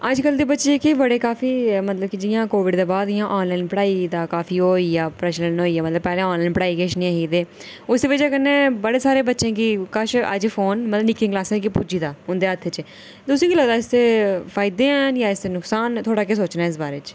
अजकल दे बच्चे जेह्के बडे़ काफी मतलब कि जि'यां कोबिड दे बाद जियां आनलाइन पढ़ाई दा काफी ओह् होई गेआ प्रचलन होई गेआ मतलब पैह्लें आनलाइन पढाई किश नेईं ही ते उसदी बजह् कन्नै बडे़ सारे बच्चें गी कश अज्ज फोन न मतलब निक्की कलासें च जेह्के पुज्जी गेदा उंदे हत्थ च तुसें ई केह् लगदा इसदे फायदे हैन जां इसदे नुक्सान न थुआढ़ा केह् सोचना इस बारे च